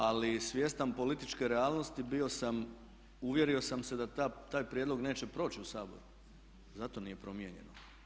Ali svjestan političke realnosti bio sam, uvjerio sam se da taj prijedlog neće proći u Sabor, zato nije promijenjen.